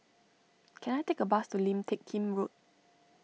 can I take a bus to Lim Teck Kim Road